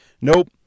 Nope